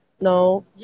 no